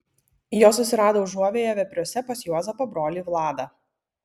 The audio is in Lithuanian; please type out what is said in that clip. jos susirado užuovėją vepriuose pas juozapo brolį vladą